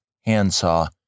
handsaw